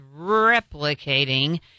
replicating